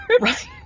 Right